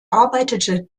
arbeitete